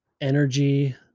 energy